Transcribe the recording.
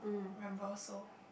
member so